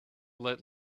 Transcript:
let